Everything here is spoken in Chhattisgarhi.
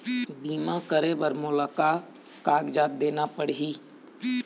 बीमा करे बर मोला का कागजात देना पड़ही?